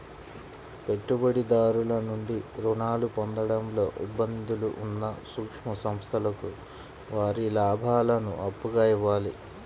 పెట్టుబడిదారుల నుండి రుణాలు పొందడంలో ఇబ్బందులు ఉన్న సూక్ష్మ సంస్థలకు వారి లాభాలను అప్పుగా ఇవ్వాలి